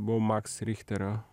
buvau maks richterio